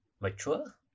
mature